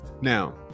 Now